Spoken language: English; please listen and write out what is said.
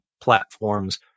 platforms